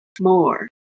more